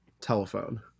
Telephone